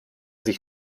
sich